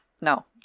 No